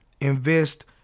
invest